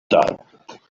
thought